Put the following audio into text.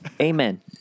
Amen